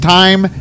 time